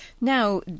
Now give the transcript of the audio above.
Now